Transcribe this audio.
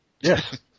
Yes